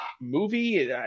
movie